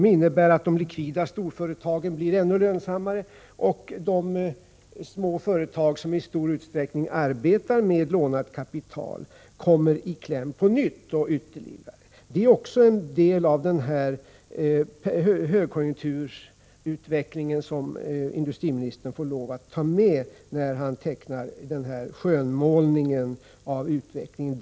De likvida storföretagen blir ännu lönsammare, och småföretagen som i stor utsträckning arbetar med lånat kapital kommer i kläm på nytt och ännu värre än tidigare. Detta är också en del av högkonjunkturutvecklingen som industriministern får lov att ta med när han gör sin skönmålning av utvecklingen.